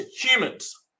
humans